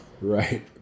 Right